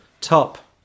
top